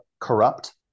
corrupt